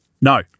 No